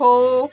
हो